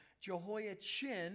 Jehoiachin